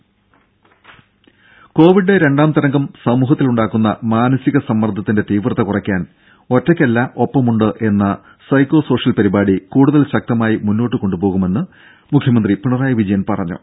രുഭ കോവിഡ് രണ്ടാം തരംഗം സമൂഹത്തിലുണ്ടാക്കുന്ന മാനസിക സമ്മർദ്ദത്തിന്റെ തീവ്രത കുറയ്ക്കാൻ ഒറ്റയ്ക്കല്ല ഒപ്പമുണ്ട് എന്ന സൈക്കോ സോഷ്യൽ പരിപാടി കൂടുതൽ ശക്തമായി മുന്നോട്ട് കൊണ്ടുപോകുമെന്ന് മുഖ്യമന്ത്രി പിണറായി വിജയൻ പറഞ്ഞു